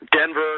Denver